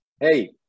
Hey